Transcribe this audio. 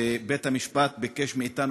ובית-המשפט ביקש מאתנו,